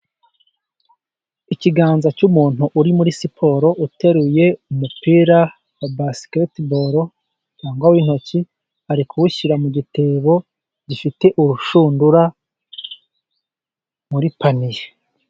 Ikiganza cy'umuntu uri muri siporo, uteruye umupira wa basiketiboro cyangwa w'intoki, ari kuwushyira mu gitebo gifite urushundura muri paniye.